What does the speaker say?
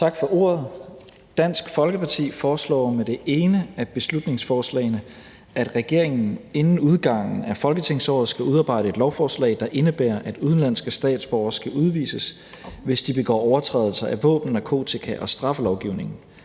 Tak for ordet. Dansk Folkeparti foreslår med det ene af beslutningsforslagene, at regeringen inden udgangen af folketingsåret skal udarbejde et lovforslag, der indebærer, at udenlandske statsborgere skal udvises, hvis de begår overtrædelser af våben-, narkotika- og straffelovgivningen.